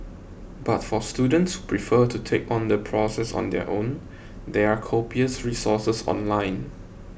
but for students prefer to take on the process on their own there are copious resources online